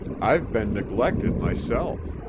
i've been neglected myself.